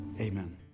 Amen